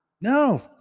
No